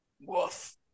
woof